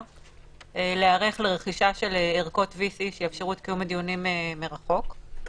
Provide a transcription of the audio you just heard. להיערך לרכישה של ערכות VC שיאפשרו את קיום הדיונים מרחוק.